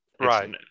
Right